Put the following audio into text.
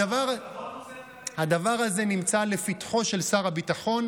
הדבר הזה נמצא לפתחו של שר הביטחון.